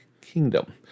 kingdom